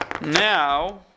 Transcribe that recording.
Now